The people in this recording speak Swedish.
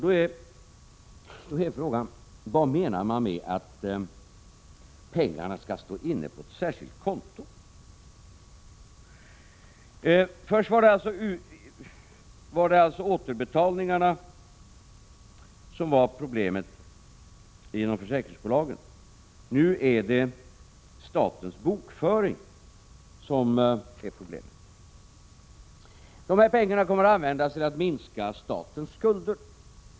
Då är frågan: Vad menar man med att pengarna skall stå inne på ett särskilt konto? Först var det alltså återbetalningarna som var problemet inom försäkringsbolagen. Nu är det statens bokföring som är problemet. De här pengarna kommer att användas till att minska statens skulder.